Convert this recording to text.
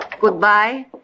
Goodbye